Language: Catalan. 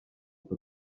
per